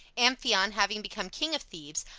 amphion, having become king of thebes,